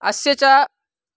अस्य च